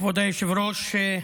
כבוד היושב-ראש,